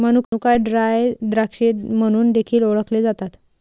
मनुका ड्राय द्राक्षे म्हणून देखील ओळखले जातात